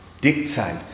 dictate